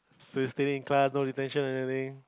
so you stay there in class no detention or anything